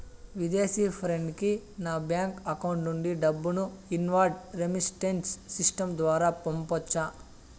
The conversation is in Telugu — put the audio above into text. విదేశీ ఫ్రెండ్ కి నా బ్యాంకు అకౌంట్ నుండి డబ్బును ఇన్వార్డ్ రెమిట్టెన్స్ సిస్టం ద్వారా పంపొచ్చా?